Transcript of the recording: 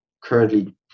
currently